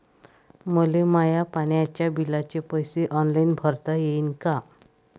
मले माया पाण्याच्या बिलाचे पैसे ऑनलाईन भरता येईन का?